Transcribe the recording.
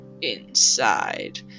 inside